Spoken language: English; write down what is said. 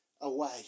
away